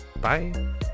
Bye